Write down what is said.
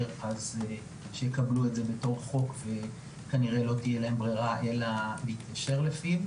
אז שיקבלו את זה בתור חוק וכנראה לא תהיה להם ברירה אלא להתיישר לפיו.